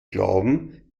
glauben